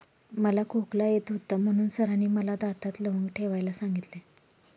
मला खोकला येत होता म्हणून सरांनी मला दातात लवंग ठेवायला सांगितले